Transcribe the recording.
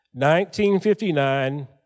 1959